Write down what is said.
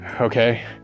Okay